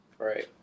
Right